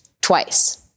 twice